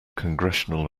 congressional